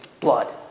blood